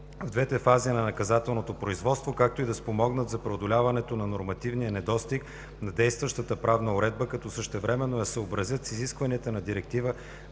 в двете фази на наказателното производство, както и да спомогнат за преодоляването на нормативния недостиг на действащата правна уредба, като същевременно я съобразят с изискванията на Директива